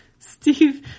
Steve